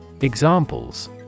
Examples